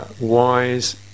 wise